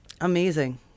amazing